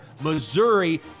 Missouri